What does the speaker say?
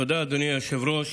תודה, אדוני היושב-ראש.